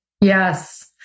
Yes